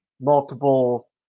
multiple